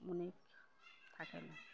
মনে থাকে না